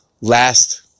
last